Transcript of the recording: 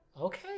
Okay